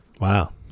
Wow